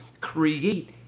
create